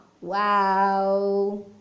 wow